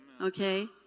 okay